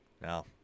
No